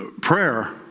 Prayer